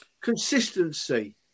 Consistency